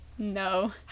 No